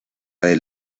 del